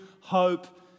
hope